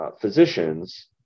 Physicians